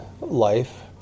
life